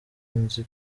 nzi